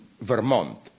Vermont